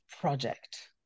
project